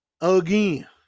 again